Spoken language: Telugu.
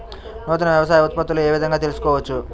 నూతన వ్యవసాయ ఉత్పత్తులను ఏ విధంగా తెలుసుకోవచ్చు?